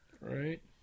Right